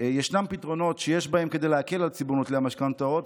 ישנם פתרונות שיש בהם כדי להקל על ציבור נוטלי המשכנתאות,